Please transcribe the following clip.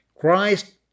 Christ